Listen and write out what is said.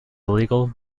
illegal